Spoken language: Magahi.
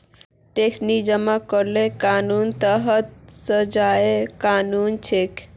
टैक्स नी जमा करले कानूनेर तहत सजारो कानून छेक